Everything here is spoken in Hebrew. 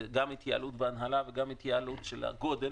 זה גם התייעלות בהנהלה וגם התייעלות בגודל.